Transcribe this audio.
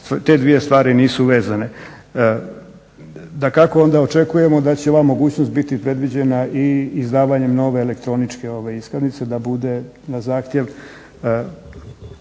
te dvije stvari nisu vezane. Dakako onda očekujemo da će ova mogućnost biti predviđena i izdavanjem nove elektroničke iskaznice da bude na zahtjev